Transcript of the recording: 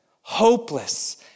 hopeless